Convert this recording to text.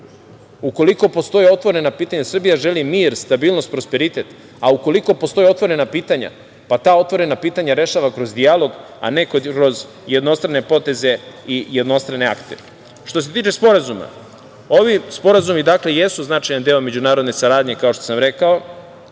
vrednosti u regionu. Srbija želi mir, stabilnost, prosperitet, a ukoliko postoje otvorena pitanja, pa ta otvorena pitanja rešava kroz dijalog, a ne kroz jednostrane poteze i jednostrane akte. Što se tiče sporazuma, ovi sporazumi, dakle, jesu značajan deo međunarodne saradnje, kao što sam rekao,